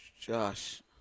Josh